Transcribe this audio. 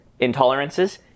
intolerances